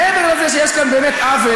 מעבר לזה שיש כאן באמת עוול,